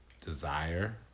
desire